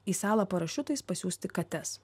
į salą parašiutais pasiųsti kates